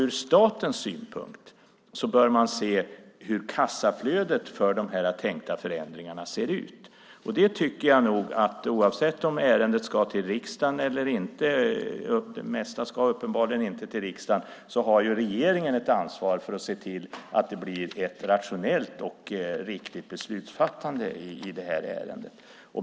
Ur statens synpunkt bör man se hur kassaflödet för de tänkta förändringarna ser ut. Oavsett om ärendet ska till riksdagen eller inte - det mesta ska uppenbarligen inte till riksdagen - har ju regeringen ett ansvar för att se till att det blir ett rationellt och riktigt beslutsfattande i det här ärendet.